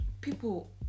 people